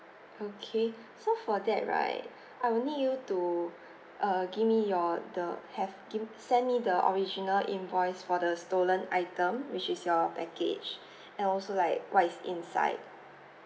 okay so for that right I will need you to err give me your the have give send me the original invoice for the stolen item which is your package and also like what is inside